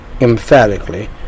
emphatically